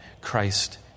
Christ